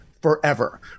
forever